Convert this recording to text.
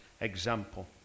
example